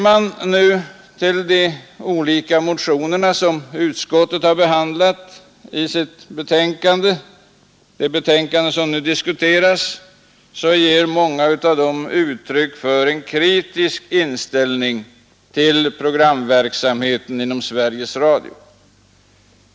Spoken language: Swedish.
Många av de motioner som har behandlats i kulturutskottets betänk ande nr 23 ger uttryck för en kritisk inställning till programverksamheten inom Sveriges Radio.